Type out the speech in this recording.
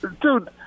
dude